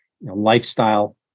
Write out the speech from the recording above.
lifestyle